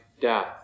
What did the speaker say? death